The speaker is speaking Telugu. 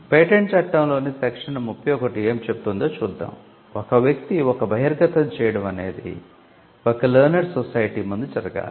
పేటెంట్ చట్టంలోని సెక్షన్ 31 ఏమి చెబుతుందో చూద్దాం ఒక వ్యక్తి ఒక బహిర్గతం చేయడం అనేది ఒక లేర్నేడ్ సొసైటీ ముందు జరగాలి